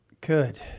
Good